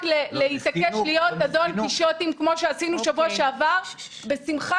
להתעקש להיות הדון קישוטים כמו שעשינו בשבוע שעבר בשמחה